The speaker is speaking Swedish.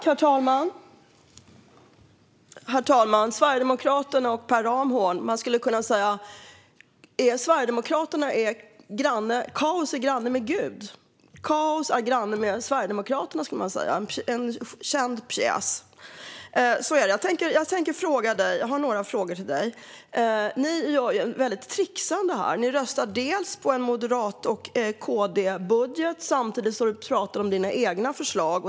Herr talman! Det finns en känd pjäs som heter Kaos är granne med Gud . Man skulle också kunna säga att kaos är granne med Sverigedemokraterna. Jag har några frågor till dig, Per Ramhorn. Det är ett väldigt trixande här från er. Dels röstar ni på en moderat och kristdemokratisk budget, dels talar du om era egna förslag.